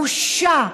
בושה.